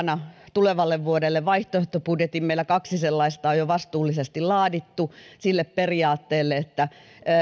tulevalle vuodelle vaihtoehtobudjetin meillä kaksi sellaista on jo vastuullisesti laadittu sillä periaatteella että